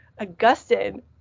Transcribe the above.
Augustine